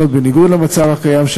בניגוד למצב הקיים,